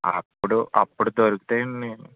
అప్పుడు అప్పుడు దొరుకుతాయండి